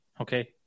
okay